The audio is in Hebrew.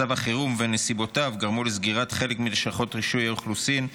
מצב החירום ונסיבותיו גרמו לסגירת חלק מלשכות רשות האוכלוסין,